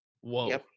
Whoa